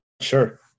sure